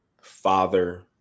father